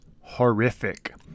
horrific